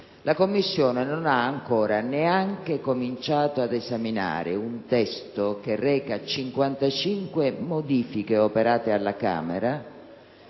La Commissione non ha ancora neanche cominciato ad esaminare un testo che reca 55 modifiche operate dalla Camera,